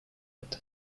erdi